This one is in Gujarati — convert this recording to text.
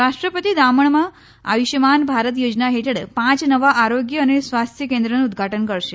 રાષ્ટ્રપતિ દમણમાં આયુષ્યમાન ભારત યોજના હેઠળ પાંચ નવા આરોગ્ય અને સ્વાસ્થ્ય કેન્દ્રનું ઉદઘાટન કરશે